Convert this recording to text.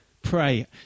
Pray